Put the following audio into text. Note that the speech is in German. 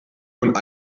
und